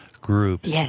groups